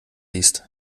liest